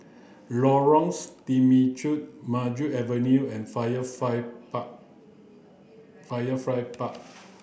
Temechut Maju Avenue and Firefly Park Firefly Park